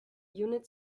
unit